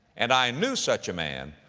and i knew such a man,